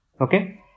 okay